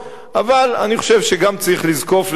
אבל אני חושב שגם צריך לזקוף לזכותנו,